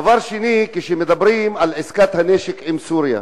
דבר שני, מדברים על עסקת הנשק עם סוריה.